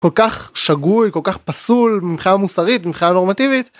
כל כך שגוי, כל כך פסול, מבחינה מוסרית, מבחינה נורמטיבית.